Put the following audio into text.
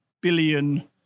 billion